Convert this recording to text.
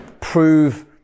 prove